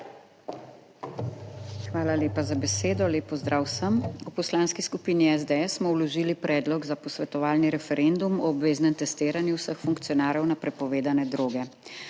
Hvala lepa za besedo. Lep pozdrav vsem! V Poslanski skupini SDS smo vložili Predlog za posvetovalni referendum o obveznem testiranju vseh funkcionarjev na prepovedane droge.